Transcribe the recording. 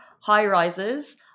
high-rises